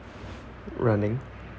running